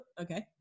okay